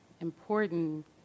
important